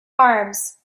arms